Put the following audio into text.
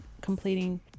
completing